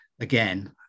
again